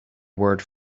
word